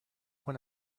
when